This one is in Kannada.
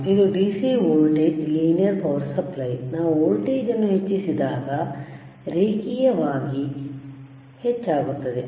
ಇದು DC voltage linear power supply ನಾವು ವೋಲ್ಟೇಜ್ ಅನ್ನು ಹೆಚ್ಚಿಸಿದಾಗ ರೇಖೀಯವಾಗಿ ಹೆಚ್ಚಾಗುತ್ತದೆ